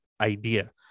idea